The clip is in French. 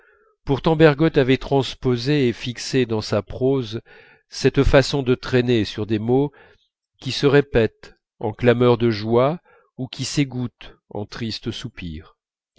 pourtant bergotte avait transposé et fixé dans sa prose cette façon de traîner sur des mots qui se répètent en clameurs de joie ou qui s'égouttent en tristes soupirs